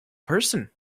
person